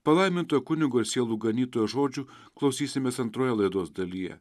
palaimintojo kunigo ir sielų ganytojo žodžių klausysimės antroje laidos dalyje